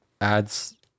adds